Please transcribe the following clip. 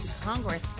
Congress